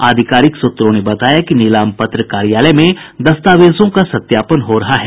आधिकारिक सूत्रों ने बताया है कि नीलाम पत्र कार्यालय में दस्तावेजों का सत्यापन हो रहा है